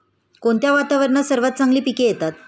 कोणत्या वातावरणात सर्वात चांगली पिके येतात?